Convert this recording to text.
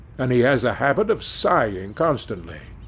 and he has a habit of sighing constantly.